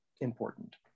important